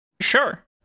sure